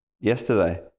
yesterday